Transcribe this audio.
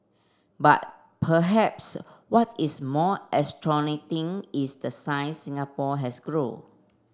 but perhaps what is more astounding is the size Singapore has grown